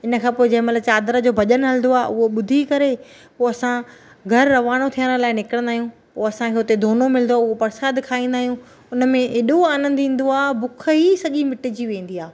इनखां पोइ जंहिं महिल चादर जो भॼन हलंदो आहे उहो ॿुधी करे पोइ असां घरु रवानो थियण लाइ निकिरंदा आहियूं पोइ असांखे उते दोनो मिलंदो उहो परसाद खाईंदा आहियूं उन में एॾो आनंद ईंदो आहे बुख ई सॼी मिटिजी वेंदी आहे